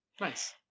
Nice